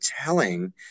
telling